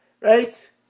right